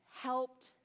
helped